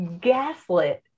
gaslit